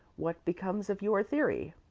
what becomes of your theory?